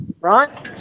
right